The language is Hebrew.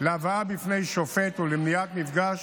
להבאה בפני שופט או למניעת מפגש